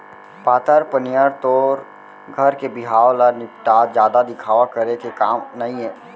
पातर पनियर तोर घर के बिहाव ल निपटा, जादा दिखावा करे के काम नइये